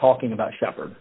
talking about shepherd